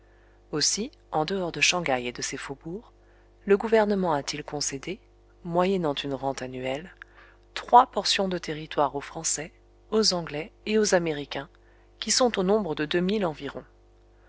aussi en dehors de shang haï et de ses faubourgs le gouvernement a-t-il concédé moyennant une rente annuelle trois portions de territoire aux français aux anglais et aux américains qui sont au nombre de deux mille environ